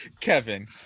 Kevin